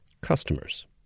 customers